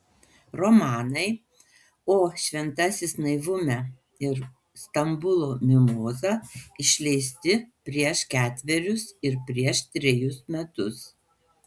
romanai o šventasis naivume ir stambulo mimoza išleisti prieš ketverius ir prieš trejus metus